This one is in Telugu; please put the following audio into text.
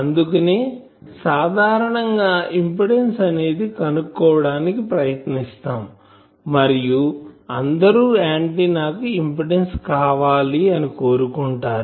అందుకనే సాధారణం గా ఇంపిడెన్సు అనేది కనుక్కోవడానికి ప్రయత్నిస్తాం మరియు అందరు ఆంటిన్నా కి ఇంపిడెన్సు కావాలి అని కోరుకుంటారు